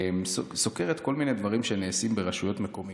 סוקרת כל מיני דברים שנעשים ברשויות מקומיות.